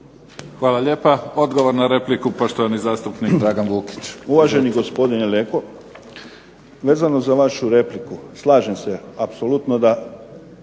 Hvala lijepa. Odgovor na repliku, poštovani zastupnik Dragan Vukić. **Vukić, Dragan (HDZ)** Uvaženi gospodine Leko, vezano za vašu repliku. Slažem se apsolutno da